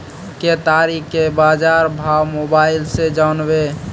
केताड़ी के बाजार भाव मोबाइल से जानवे?